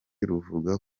ruvuga